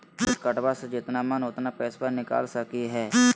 Debit कार्डबा से जितना मन उतना पेसबा निकाल सकी हय?